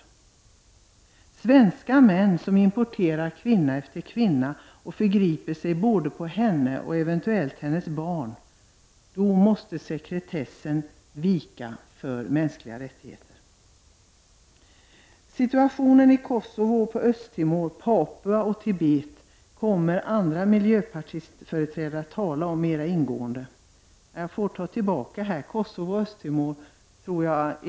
I de fall då svenska män importerar kvinna efter kvinna och förgriper sig på henne och eventuellt också på hennes barn måste sekretessen vika för mänskliga rättigheter. Andra företrädare för miljöpartiet kommer att tala mer ingående om situationen i Kosovo, Östtimor, Papua och Tibet. Nej, jag får lov att ta tillbaka vad jag sade om Kosovo och Östtimor.